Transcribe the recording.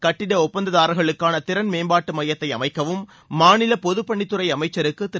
கட்டிட ஒப்பந்ததாரர்களுக்கான திறன் மேம்பாட்டு மையத்தை அமைக்கவும் மாநில பொதுப்பணித்துறை அமைச்சருக்கு திரு